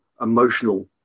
emotional